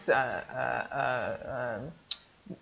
uh uh uh uh